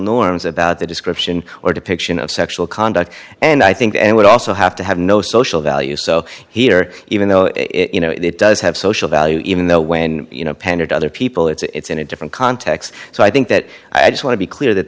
norms about the description or depiction of sexual conduct and i think it would also have to have no social value so here even though it you know it does have social value even though when you know pandered to other people it's in a different context so i think that i just want to be clear that